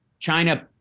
China